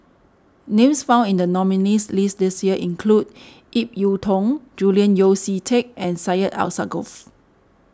names found in the nominees' list this year include Ip Yiu Tung Julian Yeo See Teck and Syed Alsagoff